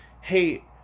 hey